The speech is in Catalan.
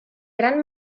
gran